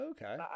Okay